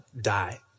die